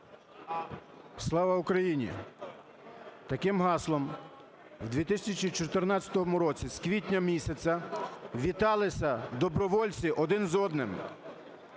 "Слава Україні" - таким гаслом в 2014 році з квітня місяця віталися добровольці один з одним.